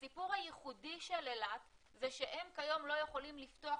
הסיפור הייחודי של אילת זה שהם כיום לא יכולים לפתוח